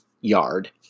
yard